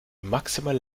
maximale